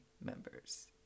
members